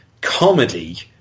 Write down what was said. comedy